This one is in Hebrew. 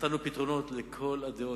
נתנו פתרונות לכל הדעות.